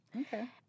Okay